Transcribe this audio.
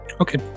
Okay